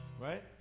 Right